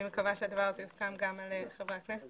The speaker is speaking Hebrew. אני מקווה שהדבר יוסכם גם על חברי הכנסת,